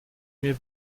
mir